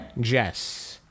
Jess